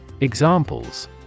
Examples